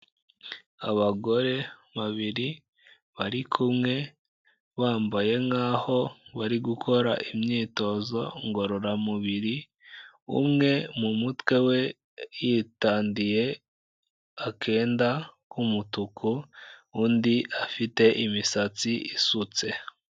Abagore babiri bari kumwe, bambaye nk'aho bari gukora imyitozo ngororamubiri, umwe mu mutwe we, yitandiye akenda k'umutuku, undi afite imisatsi isutse.